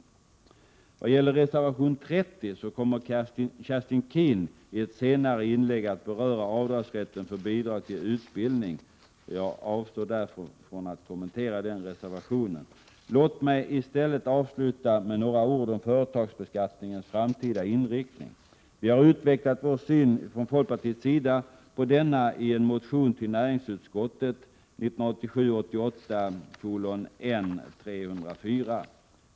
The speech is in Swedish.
När det gäller reservation 30 kommer Kerstin Keen att i ett senare inlägg beröra rätten till avdrag för bidrag till utbildning. Jag avstår därför från att kommentera reservationen. Låt mig i stället avsluta med några ord om företagsbeskattningens framtida inriktning. Vi har från folkpartiets sida utvecklat vår syn på denna i en motion till näringsutskottet, 1987/88:N304.